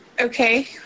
Okay